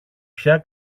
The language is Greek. πια